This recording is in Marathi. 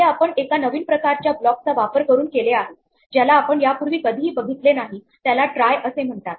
हे आपण एका नवीन प्रकारच्या ब्लॉकचा वापर करुन केले आहे ज्याला आपण यापूर्वी कधीही बघितले नाही त्याला ट्रायअसे म्हणतात